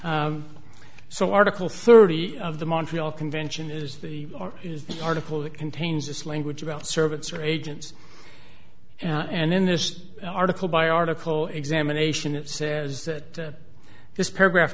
so article thirty of the montreal convention is the or is the article that contains this language about servants or agents and in this article by article examination it says that this paragraph